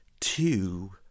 two